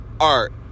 art